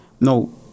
no